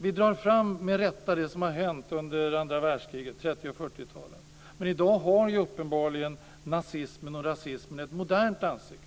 Vi drar med rätta fram det som hände under andra världskriget, under 30 och 40-talen, men i dag har nazismen och rasismen uppenbarligen ett modernt ansikte.